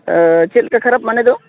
ᱪᱮᱫᱞᱮᱠᱟ ᱠᱷᱟᱨᱟᱯ ᱢᱟᱱᱮᱫᱚ